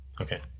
Okay